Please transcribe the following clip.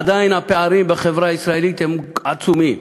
עדיין הפערים בחברה הישראלית הם עצומים.